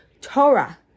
Torah